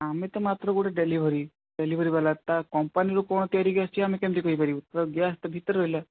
ଆମେ ତ ମାତ୍ର ଗୋଟେ ଡେଲିଭରି ଡେଲିଭରି ବାଲା ତା କମ୍ପାନୀରୁ କ'ଣ ତିଆରି ହେଇକି ଆସୁଛି ଆମେ କେମିତି କହିପାରିବୁ ତା ଗ୍ୟାସ୍ ତ ଭିତରେ ରହିଲା